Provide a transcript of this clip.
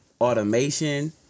automation